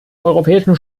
europäischen